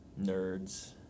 nerds